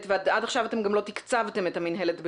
ועד עכשיו אתם גם לא תקצבתם את המינהלת בכלום.